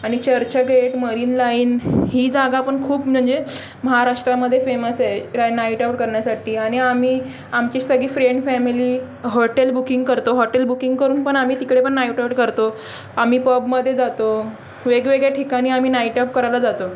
आणि चर्चगेट मरीन लाईन ही जागा पण खूप म्हणजे महाराष्ट्रामध्ये फेमस आहे नाईटआऊट करण्यासाठी आणि आम्ही आमची सगळी फ्रेंड फॅमिली हॉटेल बुकिंग करतो हॉटेल बुकिंग करून पण आम्ही तिकडे नाईटआऊट करतो आम्ही पबमध्ये जातो वेगवेगळ्या ठिकाणी आम्ही नाईटआऊट करायला जातो